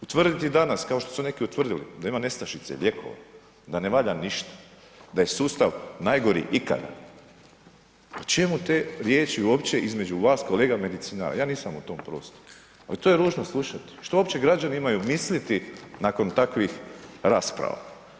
Utvrditi danas kao što su neki utvrdili da ima nestašice lijekova, da ne valja ništa, da je sustav najgori ikada, o čemu te riječi uopće između vas kolega medicinara, ja nisam u tom prostoru, al to je ružno slušati, što uopće građani imaju misliti nakon takvih rasprava.